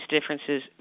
differences